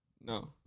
No